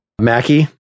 Mackie